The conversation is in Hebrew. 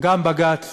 גם בג"ץ